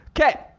Okay